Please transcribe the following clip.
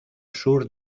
sur